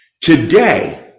Today